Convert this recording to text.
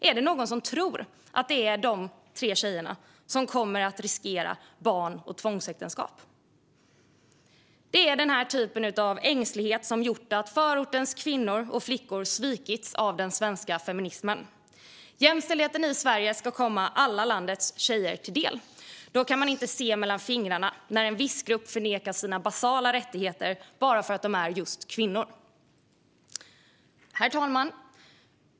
Är det någon som tror att det är dessa tre tjejer som kommer att riskera barn och tvångsäktenskap? Det är den här typen av ängslighet som gjort att förortens kvinnor och flickor svikits av den svenska feminismen. Jämställdheten i Sverige ska komma alla landets tjejer till del. Då kan man inte se mellan fingrarna när en viss grupp förnekas sina basala rättigheter bara för att de är just kvinnor. Herr talman!